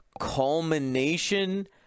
culmination